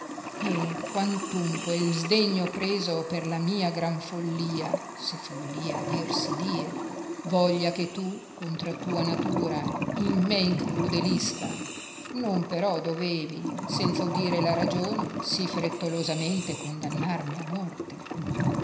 e quantunque il sdegno preso per la mia gran follia se follia dir si die voglia che tu contra tua natura in me incrudelisca non però dovevi senza udire la ragione sì frettolosamente condannarmi a morte